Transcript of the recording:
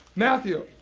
matthew!